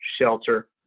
shelter